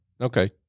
Okay